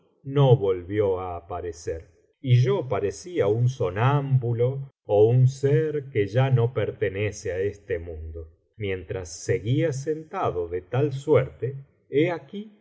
no volvió á aparecer y yo parecía un sonámbulo ó un ser que ya no pertenece á este mundo mientras seguía sentado de tal suerte he aquí